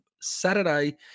Saturday